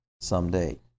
someday